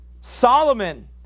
Solomon